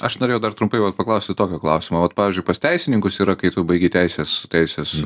aš norėjau dar trumpai vat paklausti tokio klausimo vat pavyzdžiui pas teisininkus yra kai tu baigi teisės teisės